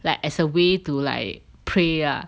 like as a way to like pray ah